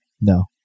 No